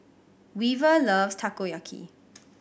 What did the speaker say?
Weaver loves Takoyaki